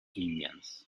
indians